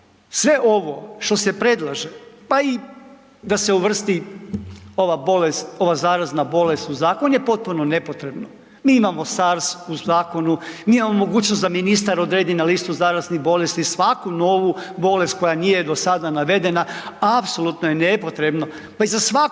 sve ovo što se predlaže, pa i da se uvrsti ova bolest, ova zarazna bolest u zakon je potpuno nepotrebno. Mi imamo SARS u zakonu, mi imamo mogućnost da ministar odredi na listu zaraznih bolesti svaku novu bolest koja nije do sada navedena, apsolutno je nepotrebno. Pa i za svaku